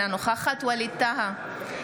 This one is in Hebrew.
אינה נוכחת ווליד טאהא,